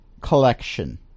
collection